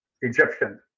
Egyptian